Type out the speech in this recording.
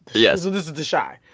yes this is the chi.